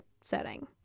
setting